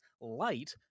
light